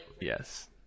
yes